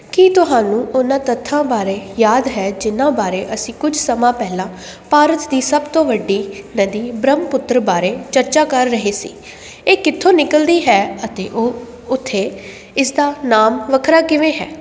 ਕੀ ਤੁਹਾਨੂੰ ਉਨ੍ਹਾਂ ਤੱਥਾਂ ਬਾਰੇ ਯਾਦ ਹੈ ਜਿਨ੍ਹਾਂ ਬਾਰੇ ਅਸੀਂ ਕੁਝ ਸਮਾਂ ਪਹਿਲਾਂ ਭਾਰਤ ਦੀ ਸਭ ਤੋਂ ਵੱਡੀ ਨਦੀ ਬ੍ਰਹਮਪੁੱਤਰ ਬਾਰੇ ਚਰਚਾ ਕਰ ਰਹੇ ਸੀ ਇਹ ਕਿੱਥੋਂ ਨਿਕਲਦੀ ਹੈ ਅਤੇ ਉ ਉੱਥੇ ਇਸਦਾ ਨਾਮ ਵੱਖਰਾ ਕਿਵੇਂ ਹੈ